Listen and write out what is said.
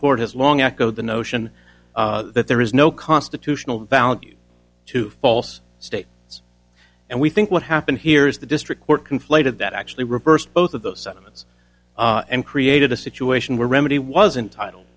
court has long acco the notion that there is no constitutional value to false state and we think what happened here is the district court conflated that actually reversed both of those sentiments and created a situation where remedy wasn't title